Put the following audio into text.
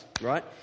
right